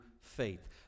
faith